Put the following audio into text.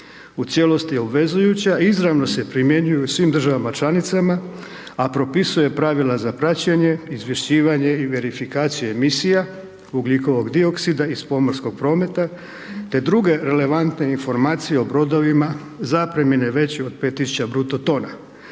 u cijelosti je obvezujuća, izravno se primjenjuje u svim državama članicama a propisuje pravila za praćenje, izvješćivanje i verifikaciju emisija ugljikovog dioksida iz pomorskog prometa te druge relevantne informacije o brodova zaprimljene veće od 5000 bruto tona